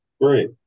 Great